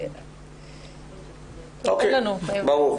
--- ברור.